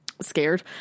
scared